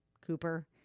Cooper